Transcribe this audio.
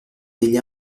degli